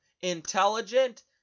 intelligent